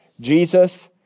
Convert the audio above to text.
Jesus